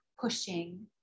pushing